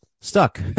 stuck